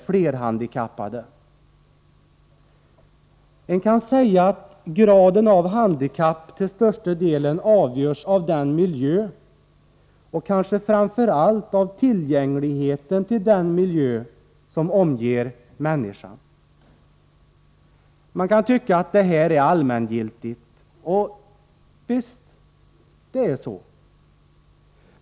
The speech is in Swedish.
Man kan säga att graden av handikapp till största delen avgörs av den miljö, och kanske framför allt av tillgängligheten till den miljö, som omger människan. Man kan tycka att detta är allmängiltigt, och visst är det så.